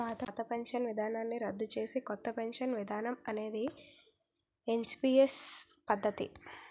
పాత పెన్షన్ విధానాన్ని రద్దు చేసి కొత్త పెన్షన్ విధానం అనేది ఎన్పీఎస్ పద్ధతి